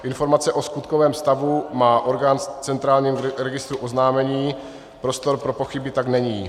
Informace o skutkovém stavu má orgán v centrálním registru oznámení, prostor pro pochyby tak není.